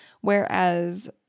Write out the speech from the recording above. whereas